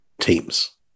teams